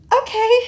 Okay